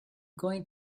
going